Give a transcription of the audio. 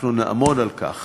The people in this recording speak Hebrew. אנחנו נעמוד על כך